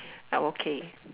I am okay